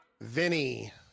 Vinny